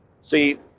See